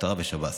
משטרה ושב"ס.